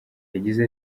yagize